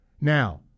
Now